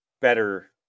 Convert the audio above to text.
better